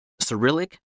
Cyrillic